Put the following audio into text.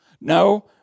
No